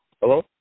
Hello